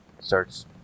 starts